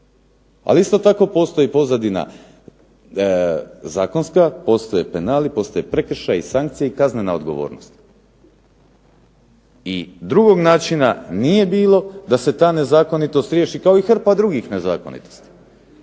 Ali isto tako postoji pozadina zakonska, postoje penali, postoje prekršaji, sankcije i kaznena odgovornost. I drugog načina nije bilo da se ta nezakonitost riješi kao i hrpa drugih nezakonitosti